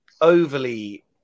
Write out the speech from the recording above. overly